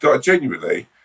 genuinely